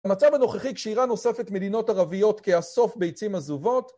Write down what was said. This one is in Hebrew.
המצב הנוכחי כשאיראן אוספת מדינות ערביות כאסוף ביצים עזובות,